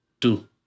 two